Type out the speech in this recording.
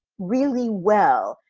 really well,